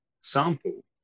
sample